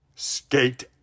Skate